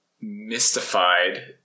mystified